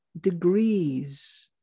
degrees